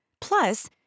Plus